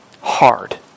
hard